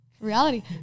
Reality